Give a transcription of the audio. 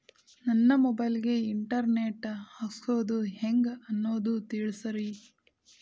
ನನ್ನ ಮೊಬೈಲ್ ಗೆ internet ಹಾಕ್ಸೋದು ಹೆಂಗ್ ಅನ್ನೋದು ತಿಳಸ್ರಿ